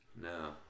No